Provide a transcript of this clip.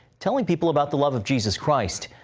telling people about the love of jesus christ.